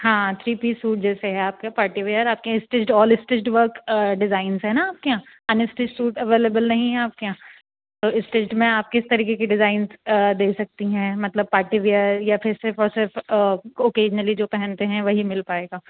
ہاں three piece suit جیسے ہے آپ کے پارٹی ویئر آپ کے یہاں stitched all stitched work designs ہیں نا آ کے یہاں ان اسٹچ سوٹ اویلیبل نہیں ہیں آپ کے یہاں تو اسٹچڈ میں آپ کس طریقے کی ڈیزائنس دے سکتی ہیں مطلب پارٹی ویئر یا پھر صرف اور صرف اوکیجنلی جو پہنتے ہیں وہی مل پائے گا